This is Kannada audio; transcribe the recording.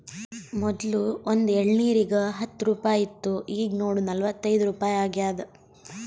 ಮೊದ್ಲು ಒಂದ್ ಎಳ್ನೀರಿಗ ಹತ್ತ ರುಪಾಯಿ ಇತ್ತು ಈಗ್ ನೋಡು ನಲ್ವತೈದು ರುಪಾಯಿ ಆಗ್ಯಾದ್